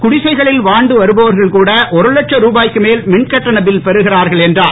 குடிசைகளில் வாழ்ந்து வருபவர்கள் கூட ஒரு லட்ச ருபாய்க்கும் மேல் மின் கட்டண பில் பெறுகிறார்கள் என்றார்